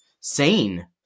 sane